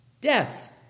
Death